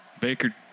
Baker